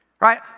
right